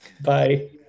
Bye